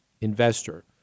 investor